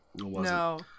No